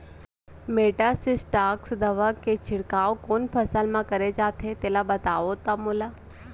Metasystox दवा के छिड़काव कोन फसल म करे जाथे तेला बताओ त मोला?